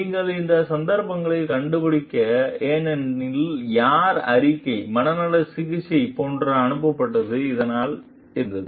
நீங்கள் இந்த சந்தர்ப்பங்களில் கண்டுபிடிக்க ஏனெனில் யார் அறிக்கை மனநல சிகிச்சை போன்ற அனுப்பப்பட்டது அதனால் இருந்தது